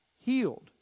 healed